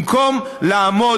במקום לעמוד,